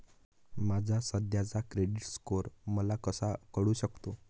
माझा सध्याचा credit score मला कसा कळू शकतो?